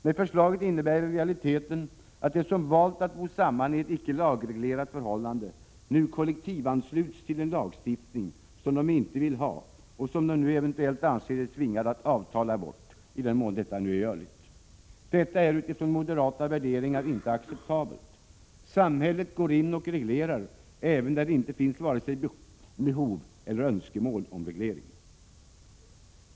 Nej, förslaget innebär i realiteten, att de som valt att bo samman i ett icke lagreglerat förhållande nu ”kollektivansluts” till en lagstiftning, som de inte vill ha och som de nu eventuellt anser sig tvingade att avtala bort, i den mån detta är görligt. Detta är utifrån moderata värderingar inte acceptabelt. Samhället går in och reglerar, även där det inte finns vare sig behov eller önskemål om reglering.